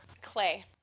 Clay